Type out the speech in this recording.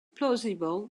plausible